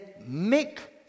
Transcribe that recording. make